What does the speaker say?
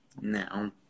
now